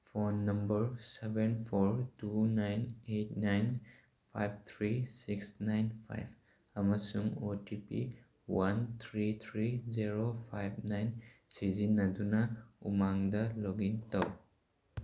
phone number seven four two nine eight nine five three six nine five ꯑꯃꯁꯨꯡ O T P one three three zero five nine ꯁꯤꯖꯤꯟꯅꯗꯨꯅ ꯎꯃꯥꯡꯗ ꯂꯣꯛꯏꯟ ꯇꯧ